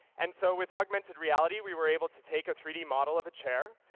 and so, with augmented reality, we were able to take a three d model of a chair,